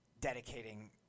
dedicating